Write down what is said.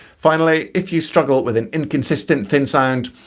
finally, if you struggle with an inconsistent thin sound,